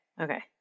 Okay